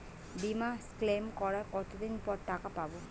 বিমা ক্লেম করার কতদিন পর টাকা পাব?